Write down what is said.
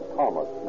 Thomas